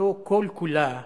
ומטרתו כל כולה